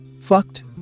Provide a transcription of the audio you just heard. fucked